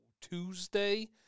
Tuesday